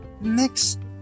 Next